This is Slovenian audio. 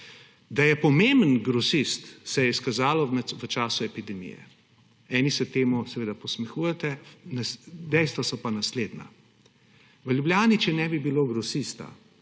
Da je pomemben grosist, se je izkazalo v času epidemije. Eni se temu seveda posmehujete, dejstva so pa naslednja. V Ljubljani, če ne bi bilo grosista,